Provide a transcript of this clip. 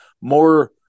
more